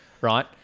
right